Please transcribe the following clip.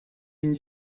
une